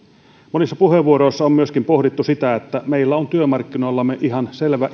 monissa puheenvuoroissa on myöskin pohdittu sitä että meillä on työmarkkinoillamme ihan selvä